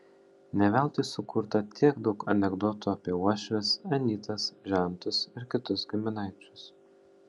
ne veltui sukurta tiek daug anekdotų apie uošves anytas žentus ir kitus giminaičius